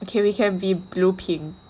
okay we can be blue pink